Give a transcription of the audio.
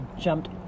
jumped